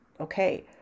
okay